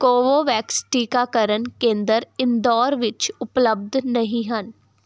Covovax ਟੀਕਾਕਰਨ ਕੇਂਦਰ ਇੰਦੌਰ ਵਿੱਚ ਉਪਲਬਧ ਨਹੀਂ ਹਨ